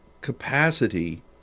capacity